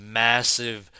massive